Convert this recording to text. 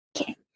Okay